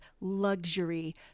luxury